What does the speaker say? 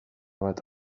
bat